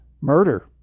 Murder